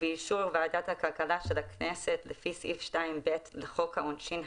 ובאישור ועדת הכלכלה של הכנסת לפי סעיף 2(ב) לחוק העונשין,